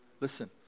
listen